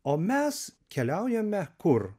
o mes keliaujame kur